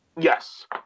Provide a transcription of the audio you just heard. Yes